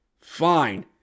fine